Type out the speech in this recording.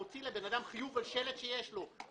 בר הסמכא ברשות מוציא לאדם חיוב על שלט שיש לו,